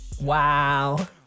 Wow